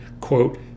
quote